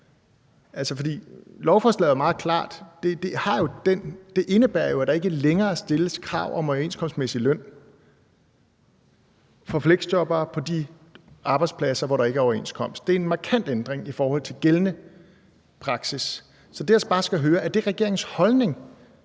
Lovforslaget er meget klart. Det indebærer jo, at der ikke længere stilles krav om overenskomstmæssig løn for fleksjobbere på de arbejdspladser, hvor der ikke er overenskomst, og det er en markant ændring i forhold til gældende praksis. Så det, jeg bare skal høre om, er, om det er regeringens holdning.